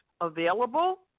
available